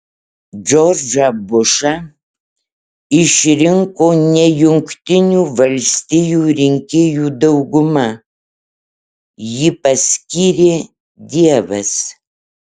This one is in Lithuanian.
džordžą bušą išrinko ne jungtinių valstijų rinkėjų dauguma jį paskyrė dievas